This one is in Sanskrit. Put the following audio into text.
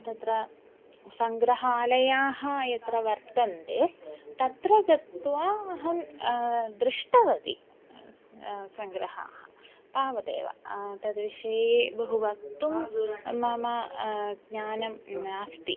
तत्र सङ्ग्रहालयाः यत्र वर्तन्ते तत्र गत्वा अहं दृष्टवती सङ्ग्रहाः तावदेव तद्विषये बहु वक्तुं मम ज्ञानं नास्ति